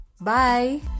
Bye